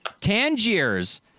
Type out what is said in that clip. Tangier's